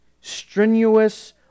Strenuous